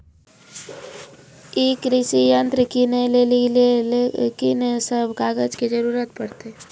ई कृषि यंत्र किनै लेली लेल कून सब कागजात के जरूरी परतै?